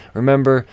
Remember